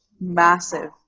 massive